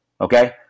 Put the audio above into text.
Okay